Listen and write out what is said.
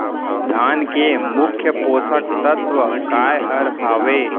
धान के मुख्य पोसक तत्व काय हर हावे?